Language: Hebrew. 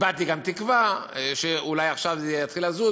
הבעתי גם תקווה שאולי עכשיו זה יתחיל לזוז